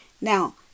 Now